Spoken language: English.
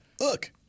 Look